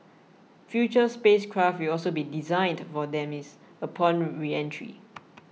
future spacecraft will also be designed for demise upon reentry